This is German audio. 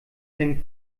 hängen